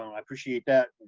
um i appreciate that,